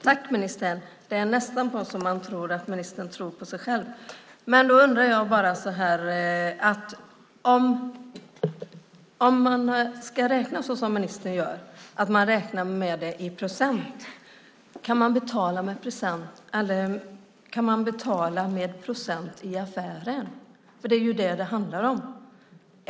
Herr talman! Det är nästan så att man tror att ministern tror på sig själv. Då undrar jag bara: Om man ska räkna som ministern gör, räkna i procent, kan man betala med procent i affären? Det är ju det som det handlar om.